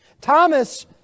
Thomas